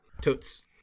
Totes